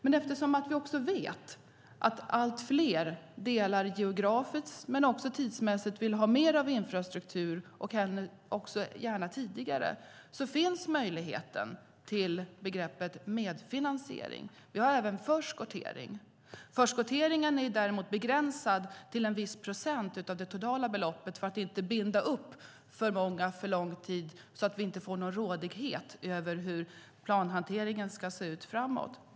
Men eftersom vi vet att allt fler delar geografiskt men också tidsmässigt vill ha mer av infrastruktur och gärna tidigare finns möjligheten till begreppet medfinansiering. Vi har även förskottering. Förskotteringen är däremot begränsad till en viss procent av det totala beloppet för att man inte ska binda upp för många under för lång tid, så att vi inte får någon rådighet när det gäller hur planhanteringen ska se ut framåt.